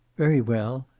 very well.